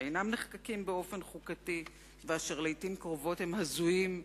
שאינם נחקקים באופן חוקתי ואשר לעתים קרובות הם הזויים,